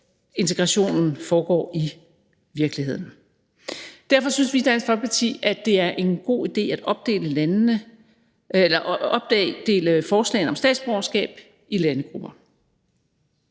integrationen foregår i virkeligheden. Derfor synes vi i Dansk Folkeparti, at det er en god idé at opdele forslagene om statsborgerskab i landegrupper.